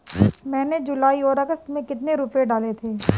मैंने जुलाई और अगस्त में कितने रुपये डाले थे?